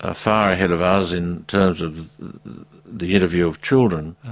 ah far ahead of us in terms of the interview of children,